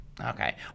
Okay